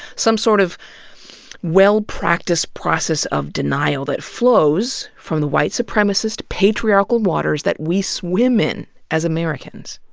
some sort of well-practiced process of denial, that flows from the white supremacist, patriarchal waters that we swim in as americans.